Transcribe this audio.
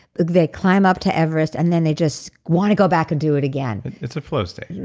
they climb up to everest and then they just want to go back and do it again. it's a flow state,